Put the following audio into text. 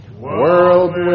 World